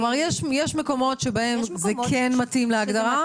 כלומר יש מקומות שבהם זה כן מתאים להגדרה.